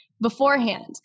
beforehand